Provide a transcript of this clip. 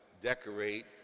decorate